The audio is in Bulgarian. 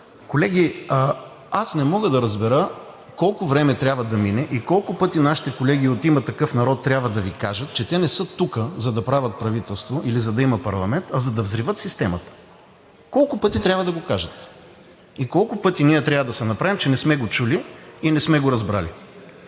Колеги, аз не мога да разбера колко време трябва да мине и колко пъти нашите колеги от „Има такъв народ“ трябва да Ви кажат, че те не са тук, за да правят правителство или за да има парламент, а за да взривят системата?! Колко пъти трябва да го кажат? И колко пъти ние трябва да се направим, че не сме го чули и не сме го разбрали?